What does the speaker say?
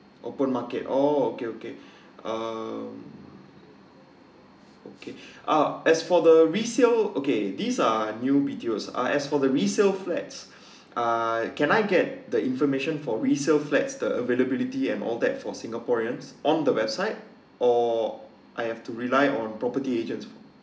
open market oh okay okay um okay ah as for the resale okay these are new B_T_O uh as for the resale flat ah can I get the information for resale flats the availability and all that for singaporeans on the website or I have to rely on property agent